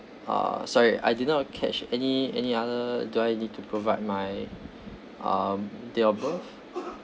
uh sorry I did not catch any any other do I need to provide my um date of birth